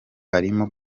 harimo